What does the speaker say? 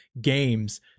games